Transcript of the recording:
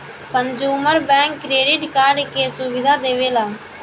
consumer bank credit card के सुविधा देवेला